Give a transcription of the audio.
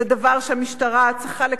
זה דבר שהמשטרה צריכה לקחת,